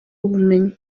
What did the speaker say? ubumenyi